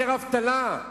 יותר אבטלה?